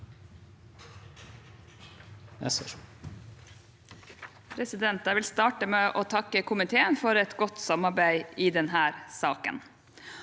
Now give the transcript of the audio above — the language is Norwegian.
for saken): Jeg vil starte med å takke komiteen for et godt samarbeid i denne saken.